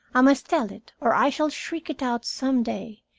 i must tell it, or i shall shriek it out some day,